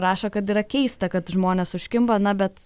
rašo kad yra keista kad žmonės užkimba na bet